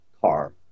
car